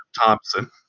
Thompson